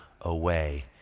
away